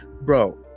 bro